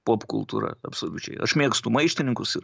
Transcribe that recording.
popkultūra absoliučiai aš mėgstu maištininkus